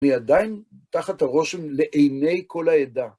אני עדיין, תחת הרושם, לעיני כל העדה.